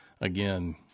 again